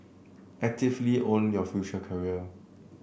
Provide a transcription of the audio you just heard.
actively own your future career